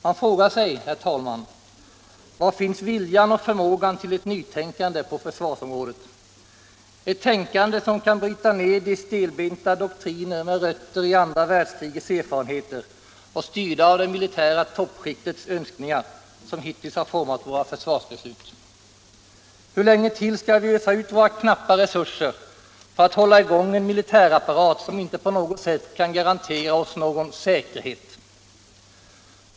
Man frågar sig, herr talman: Var finns viljan och förmågan till ett nytänkande på försvarsområdet — ett tänkande som kan bryta ner de stelbenta doktriner, med rötter i andra världskrigets erfarenheter och styrda av det militära toppskiktets önskningar, som hittills har format våra försvarsbeslut? Hur länge till skall vi ösa ut av våra knappa resurser för att hålla i gång en militärapparat som inte på något sätt kan garantera oss någon ”säkerhet”?